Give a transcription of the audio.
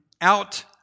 out